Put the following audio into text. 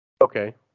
Okay